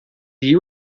you